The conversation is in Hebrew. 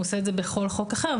הוא עושה את זה בכל חוק אחר,